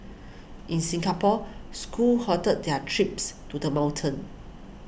in Singapore schools halted their trips to the mountain